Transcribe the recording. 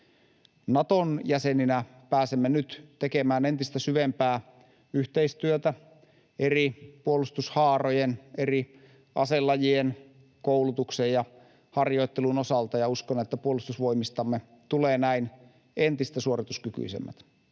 Naton jäsenenä pääsemme nyt tekemään entistä syvempää yhteistyötä eri puolustushaarojen, eri aselajien koulutuksen ja harjoittelun osalta, ja uskon, että puolustusvoimistamme tulee näin entistä suorituskykyisemmät.